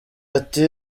ati